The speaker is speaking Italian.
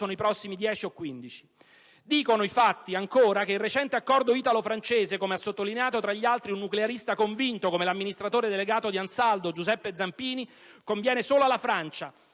o quindici. Ancora, dicono i fatti che il recente accordo italo-francese, come ha sottolineato tra gli altri un nuclearista convinto come l'amministratore delegato di Ansaldo energia Giuseppe Zampini, conviene solo alla Francia,